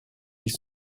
ils